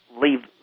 leave